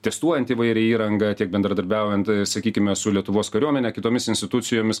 testuojant įvairią įrangą tiek bendradarbiaujant sakykime su lietuvos kariuomene kitomis institucijomis